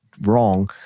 wrong